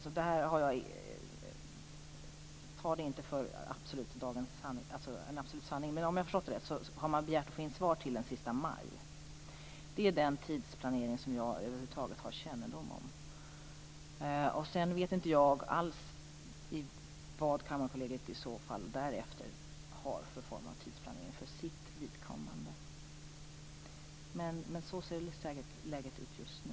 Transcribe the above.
Om jag uppfattat rätt har man begärt in svar till den sista maj. Det är den tidsplanering som jag över huvud taget har kännedom om. Jag vet inte alls vad Kammarkollegiet därefter har för tidsplanering för sitt eget vidkommande, men sådant är läget just nu.